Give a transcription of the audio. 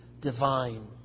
divine